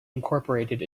incorporated